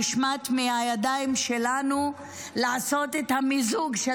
נשמט מהידיים שלנו לעשות את המיזוג של